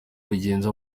bimeze